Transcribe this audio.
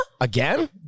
Again